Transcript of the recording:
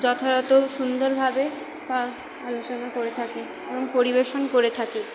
যথারত সুন্দরভাবে বা আলোচনা করে থাকি এবং পরিবেশন করে থাকি